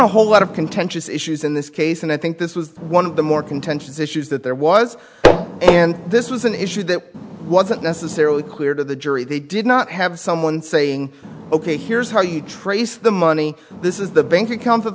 a whole lot of contentious issues in this case and i think this was one of the more contentious issues that there was and this was an issue that wasn't necessarily clear to the jury they did not have someone saying ok here's how you trace the money this is the bank account